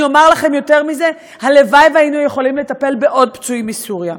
אני אומר לכם יותר מזה: הלוואי שהיינו יכולים לטפל בעוד פצועים מסוריה,